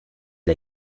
l’a